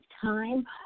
time